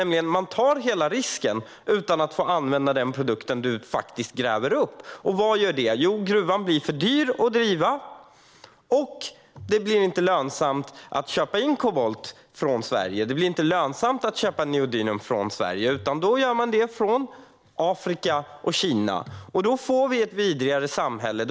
Man tar alltså hela risken utan att få använda den produkt som man faktiskt gräver upp. Vad leder det till? Jo, gruvan blir för dyr att driva. Det blir inte heller lönsamt att köpa kobolt från Sverige, och det blir inte lönsamt att köpa neodym från Sverige. Då gör man det från Afrika och Kina. Och då får vi ett vidrigare samhälle.